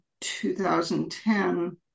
2010